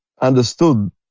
understood